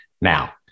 now